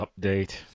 Update